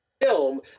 film